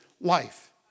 life